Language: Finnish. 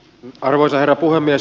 arvoisa herra puhemies